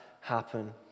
happen